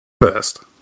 first